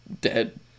dead